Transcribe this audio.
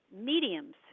mediums